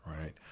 Right